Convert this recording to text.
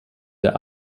der